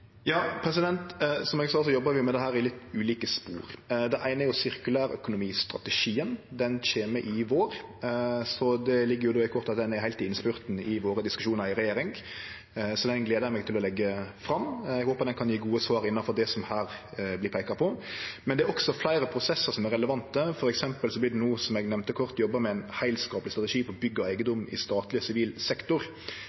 Som eg sa, jobbar vi med dette i litt ulike spor. Det eine er sirkulærøkonomistrategien, han kjem i vår. Det ligg i korta at han er heilt i innspurten i våre diskusjonar i regjering, så eg gler eg meg til å leggje han fram. Eg håpar han kan gje gode svar innanfor det som her vert peikt på. Det er også fleire prosessar som er relevante, f.eks. vert det no, som eg kort nemnde, jobba med ein heilskapleg strategi for bygg og